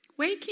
Wakey